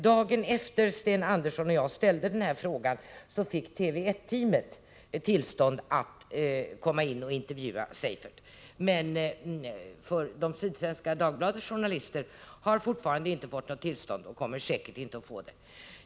Dagen efter det att Sten Andersson och jag ställde våra frågor, fick TV 1-teamet tillstånd att komma in och intervjua Seifert, men Sydsvenska Dagbladets medarbetare har fortfarande inte fått något tillstånd och kommer säkerligen inte att få det.